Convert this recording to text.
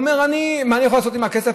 הוא אומר: מה אני יכול לעשות עם הכסף?